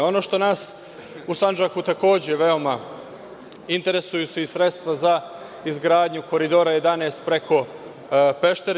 Ono što nas u Sandžaku takođe veoma interesuje, jesu i sredstva za izgradnju Koridora 11 preko Peštera.